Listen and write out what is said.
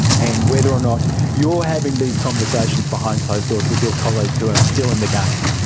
and whether or not you're having these conversations behind closed doors with your colleagues who are still in the game.